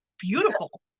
beautiful